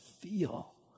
feel